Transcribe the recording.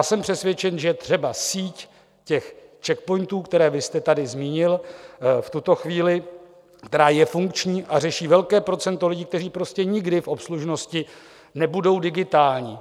Jsem přesvědčen, že třeba síť Czech POINTů, které vy jste tady zmínil, v tuto chvíli, která je funkční a řeší velké procento lidí, kteří prostě nikdy v obslužnosti nebudou digitální.